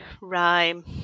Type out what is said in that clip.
rhyme